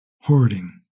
hoarding